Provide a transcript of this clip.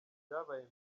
ryabaye